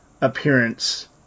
appearance